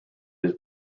his